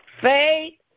Faith